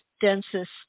densest